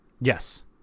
Yes